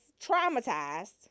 traumatized